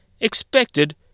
expected